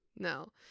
No